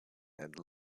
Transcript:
and